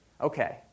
Okay